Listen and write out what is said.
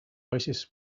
oasis